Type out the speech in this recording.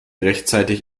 rechtzeitig